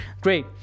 Great